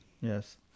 yes